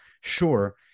Sure